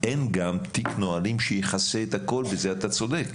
אין גם תיק נהלים שיכסה את הכול, ובזה אתה צודק.